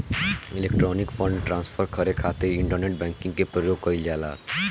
electronic fund transfer करे खातिर internet banking के प्रयोग कईल जाला